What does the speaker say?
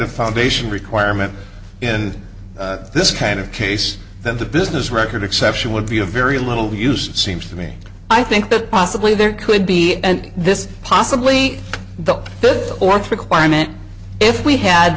of foundation requirement in this kind of case that the business record exception would be a very little use seems to me i think that possibly there could be and this possibly the fifth or three climate if we had